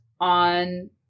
on